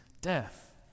death